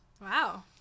Wow